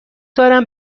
دارم